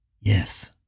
Yes